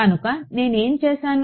కనుక నేను ఏమి చేసాను